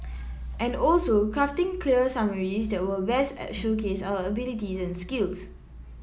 and also crafting clear summaries that will best showcase our abilities and skills